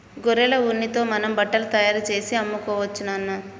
గొర్రెల ఉన్నితో మనం బట్టలు తయారుచేసి అమ్ముకోవచ్చు నాన్న